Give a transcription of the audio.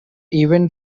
event